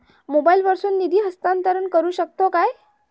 मोबाईला वर्सून निधी हस्तांतरण करू शकतो काय?